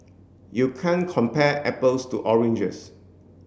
you can't compare apples to oranges